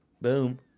Boom